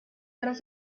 tras